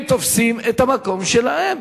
הם תופסים את המקום שלהם.